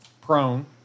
prone